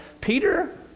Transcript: Peter